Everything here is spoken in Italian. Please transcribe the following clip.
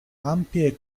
ampie